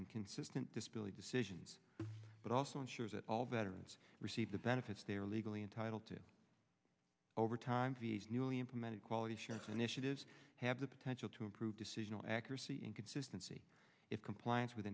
and consistent disability decisions but also ensure that all veterans receive the benefits they are legally entitled to over time vs newly implemented quality assurance initiatives have the potential to improve decisional accuracy and consistency if compliance with